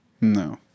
No